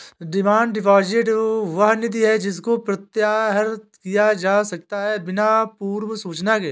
demand deposit वह निधि है जिसको प्रत्याहृत किया जा सकता है बिना पूर्व सूचना के